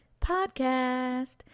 Podcast